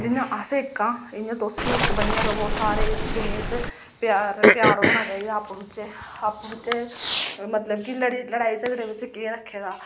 जि'यां अस इक्क आं ते इं'या तुस बी इक्क बनियै र'वो सारी दूनिया च प्यार होना चाहिदा आपूं बिचें आपूं बिचें मतलब कि लड़ाई झगड़े च केह् रक्खे दा